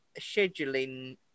scheduling